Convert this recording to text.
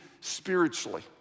spiritually